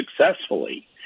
successfully